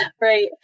Right